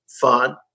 fun